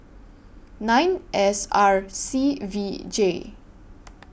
nine S R C V J